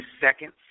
seconds